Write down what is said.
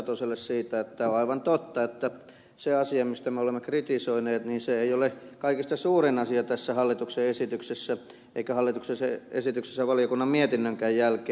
satoselle siitä että tämä on aivan totta että se asia mistä me olemme kritisoineet ei ole kaikista suurin asia tässä hallituksen esityksessä ei hallituksen esityksessä valiokunnan mietinnönkään jälkeen